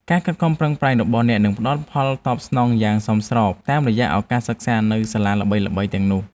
ការខិតខំប្រឹងប្រែងរបស់អ្នកនឹងផ្តល់ផលតបស្នងយ៉ាងសមស្របតាមរយៈឱកាសសិក្សានៅសាលាល្បីៗទាំងនោះ។